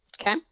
Okay